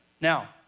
Now